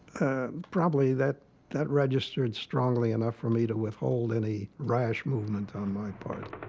and probably that that registered strongly enough for me to withhold any rash movement on my part.